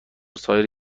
سایر